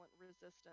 resistance